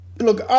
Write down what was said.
Look